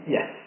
Yes